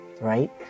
right